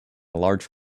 large